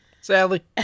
Sadly